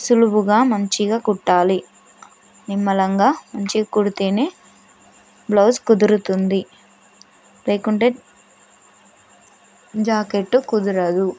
సులువుగా మంచిగా కుట్టాలి నిమ్మలంగా మంచిగా కుడితేనే బ్లౌజ్ కుదురుతుంది లేకుంటే జాకెట్టు కుదరదు